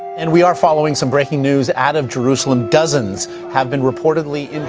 and we are following some breaking news out of jerusalem. dozen have been reportedly injured,